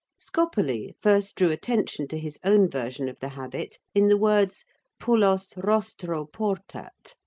scopoli first drew attention to his own version of the habit in the words pullos rostro portat,